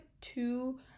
two